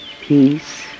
Peace